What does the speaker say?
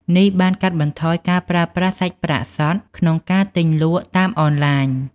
នេះបានកាត់បន្ថយការប្រើប្រាស់សាច់ប្រាក់សុទ្ធក្នុងការទិញលក់តាមអនឡាញ។